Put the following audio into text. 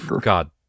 God